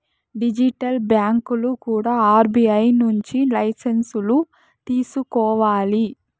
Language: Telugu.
డిజిటల్ బ్యాంకులు కూడా ఆర్బీఐ నుంచి లైసెన్సులు తీసుకోవాలి